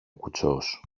κουτσός